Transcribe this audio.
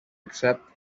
accept